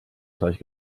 teich